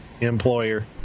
employer